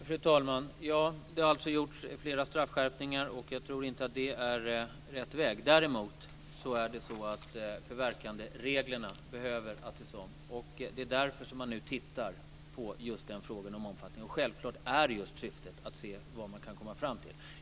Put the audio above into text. Fru talman! Det har alltså gjorts flera straffskärpningar. Jag tror inte att det är rätt väg. Däremot behöver förverkandereglerna ses över. Det är därför som man nu tittar på frågan om omfattningen. Självfallet är syftet att se vad man kan komma fram till.